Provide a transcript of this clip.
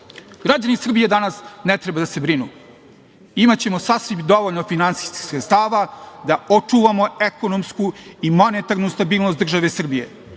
građani Srbije danas ne treba da se brinu. Imaćemo sasvim dovoljno finansijskih sredstava da očuvamo ekonomsku i monetarnu stabilnost države Srbije. Da